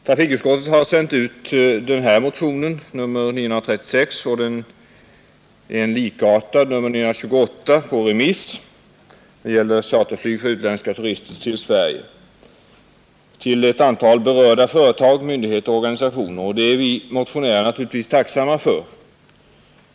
Trafikutskottet har sänt ut den här motionen, nr 936, och en likartad, nr 928 — som gäller charterflyg för utländska turister till Sverige — på remiss till ett antal berörda företag, myndigheter och organisationer, och det är vi motionärer naturligtvis tacksamma för.